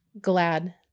glad